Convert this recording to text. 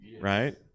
right